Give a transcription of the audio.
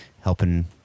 helping